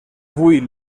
vull